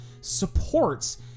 supports